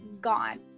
gone